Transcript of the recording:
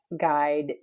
guide